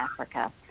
Africa